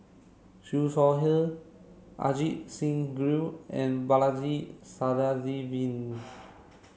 Siew Shaw Her Ajit Singh Gill and Balaji Sadasivan